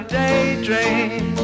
daydream